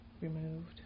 removed